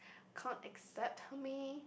can't accept for me